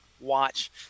watch